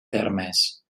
termes